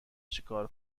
چکار